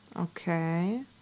Okay